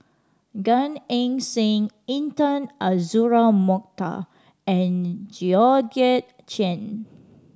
Gan Eng Seng Intan Azura Mokhtar and Georgette Chen